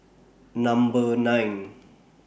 Number nine